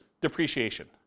depreciation